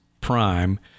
Prime